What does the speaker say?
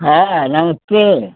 हाँ नमस्ते